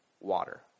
water